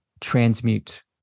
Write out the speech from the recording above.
transmute